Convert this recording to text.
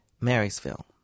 Marysville